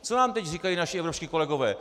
Co nám teď říkají naši evropští kolegové?